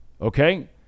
okay